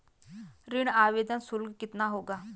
ऋण आवेदन शुल्क कितना पड़ेगा?